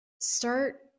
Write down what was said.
start